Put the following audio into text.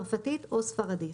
צרפתית או ספרדית.